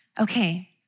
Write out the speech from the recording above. Okay